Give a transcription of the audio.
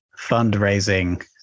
fundraising